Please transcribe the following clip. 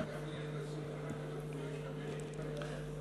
לגפני 25 דקות,